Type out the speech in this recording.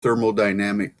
thermodynamic